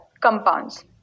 compounds